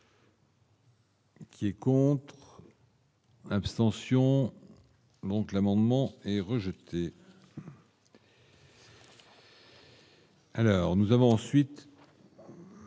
C'est con. Abstention donc l'amendement est rejeté. Alors nous avons ensuite.